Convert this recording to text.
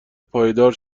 پایدار